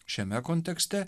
šiame kontekste